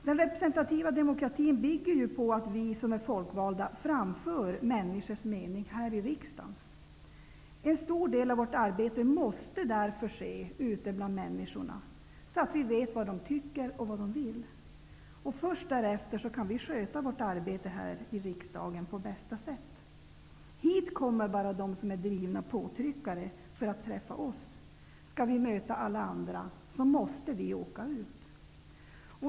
Den representativa demokratin bygger på att vi som är folkvalda framför människors mening här i riksdagen. En stor del av vårt arbete måste därför ske ute bland människorna, så att vi vet vad de tycker och vill. Först därefter kan vi sköta vårt arbete här i riksdagen på ett bra sätt. Hit kommer bara de som är drivna påtryckare för att träffa oss. Skall vi möta alla andra, måste vi åka ut.